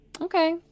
Okay